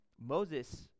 Moses